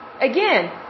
Again